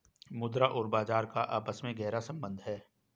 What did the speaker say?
मुद्रा और बाजार का आपस में गहरा सम्बन्ध है